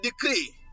decree